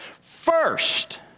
First